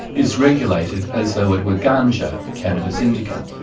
is regulated as though it were ganga, cannabis indica.